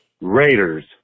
Raiders